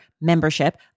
membership